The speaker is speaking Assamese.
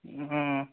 অঁ